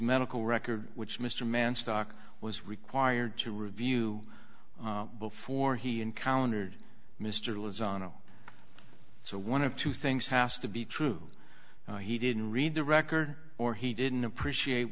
medical record which mr mann stock was required to review before he encountered mr lizanne oh so one of two things has to be true he didn't read the record or he didn't appreciate